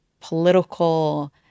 political